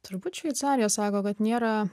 turbūt šveicarija sako kad nėra